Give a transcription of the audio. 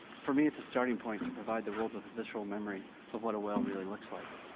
for me it's a starting point to provide the world with a visceral memory of what a whale really looks like.